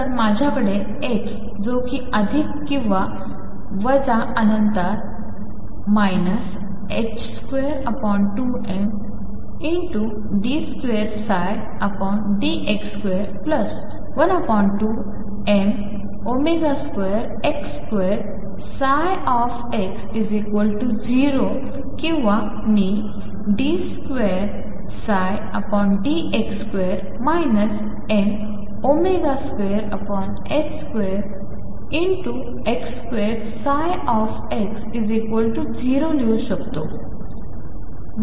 तर माझ्याकडे x जो कि अधिक किंवा वजा अनंत इन्फिनिटी 22md2dx2 12m2x2x0 किंवा मी d2dx2 m22x2x0 लिहू शकता